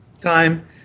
time